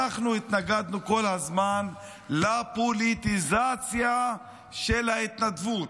אנחנו התנגדנו כל הזמן לפוליטיזציה של ההתנדבות.